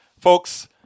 Folks